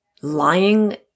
Lying